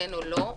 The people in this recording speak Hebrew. כן או לא?